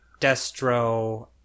Destro